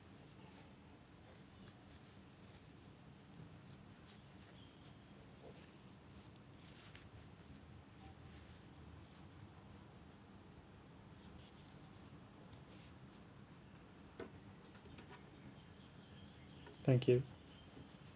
thank you